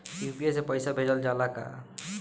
UPI से पईसा भेजल जाला का?